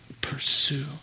pursue